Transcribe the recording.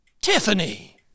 Tiffany